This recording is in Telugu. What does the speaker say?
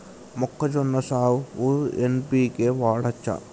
మొక్కజొన్న సాగుకు ఎన్.పి.కే వాడచ్చా?